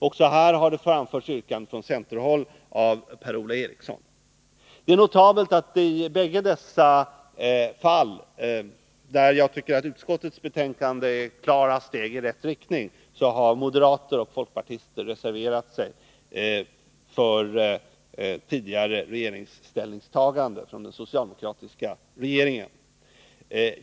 Det är notabelt att moderater och folkpartister i bägge dessa fall, där jag tycker att utskottets ställningstagande är ett stegi rätt riktning, har reserverat sig för tidigare ställningstaganden av den socialdemokratiska regeringen.